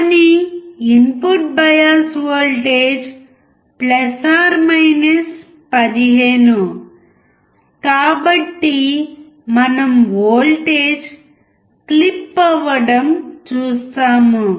కానీ input bias voltage 15 కాబట్టి మనం వోల్టేజ్ క్లిప్ అవ్వడం చూస్తాము